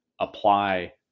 apply